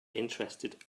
interested